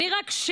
אני רק שאלה: